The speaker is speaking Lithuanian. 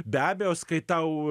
be abejo skaitau